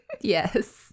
Yes